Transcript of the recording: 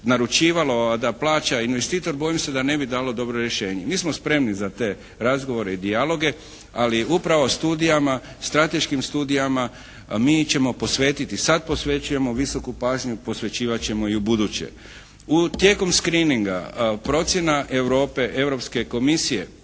naručivalo a da plaća investitor bojim se da ne bi dalo dobro rješenje. Mi smo spremni za te razgovore i dijaloge, ali upravo studijama, strateškim studijama mi ćemo posvetiti, sad posvećujemo visoku pažnju. Posvećivat ćemo i ubuduće. Tijekom «screeninga» procjena Europe, Europske komisije